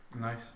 Nice